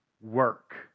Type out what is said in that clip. work